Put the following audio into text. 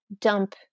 dump